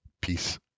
peace